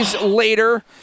later